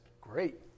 Great